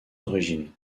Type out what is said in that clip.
origines